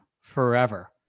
forever